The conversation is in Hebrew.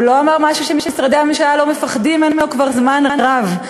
הוא לא אמר משהו שמשרדי הממשלה לא מפחדים ממנו כבר זמן רב,